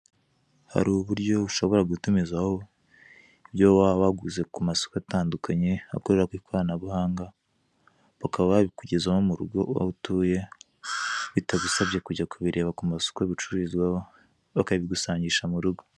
Hari uburyo ushobora gutumizaho ibyo waba waguze ku masoko atandukanye akorera ku ikoranabuhanga, bakaba babikugezaho aho utuye, bitagusabye kujya kubireba ku masoko bicururizwaho, bakabigusangisha mu rugo.